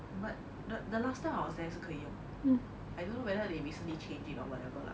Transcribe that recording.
but the the last time I was there 是可以用 I don't know whether they recently changed it or whatever lah